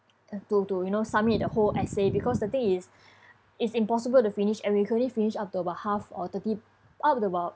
uh to to you know submit a whole essay because the thing is it's impossible to finish and we could only finish to about half or thirty out of about